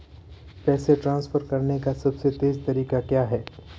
पैसे ट्रांसफर करने का सबसे तेज़ तरीका क्या है?